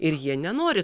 ir jie nenori